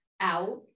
out